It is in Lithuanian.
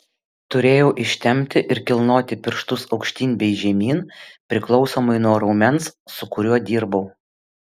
turėjau ištempti ir kilnoti pirštus aukštyn bei žemyn priklausomai nuo raumens su kuriuo dirbau